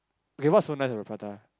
okay what's so nice about prata